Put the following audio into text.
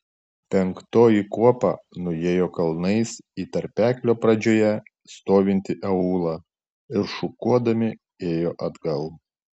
penktoji kuopa nuėjo kalnais į tarpeklio pradžioje stovintį aūlą ir šukuodami ėjo atgal